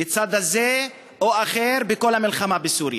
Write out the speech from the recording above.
לצד הזה או לצד אחר בכל המלחמה בסוריה.